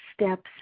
steps